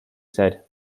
said